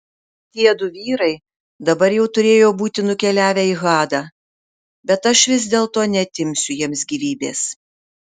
tiedu vyrai dabar jau turėjo būti nukeliavę į hadą bet aš vis dėlto neatimsiu jiems gyvybės